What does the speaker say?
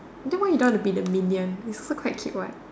then why you don't want to be the minion you also quite cute what